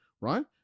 right